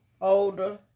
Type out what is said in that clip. older